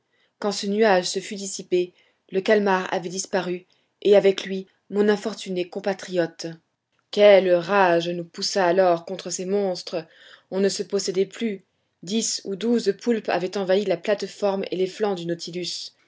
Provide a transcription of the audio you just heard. quand ce nuage se fut dissipé le calmar avait disparu et avec lui mon infortuné compatriote quelle rage nous poussa alors contre ces monstres on ne se possédait plus dix ou douze poulpes avaient envahi la plate-forme et les flancs du nautilus